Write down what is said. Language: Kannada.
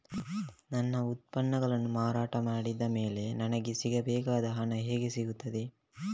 ನನ್ನ ಉತ್ಪನ್ನಗಳನ್ನು ಮಾರಾಟ ಮಾಡಿದ ಮೇಲೆ ನನಗೆ ಸಿಗಬೇಕಾದ ಹಣ ಹೇಗೆ ಸಿಗುತ್ತದೆ?